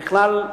ככלל,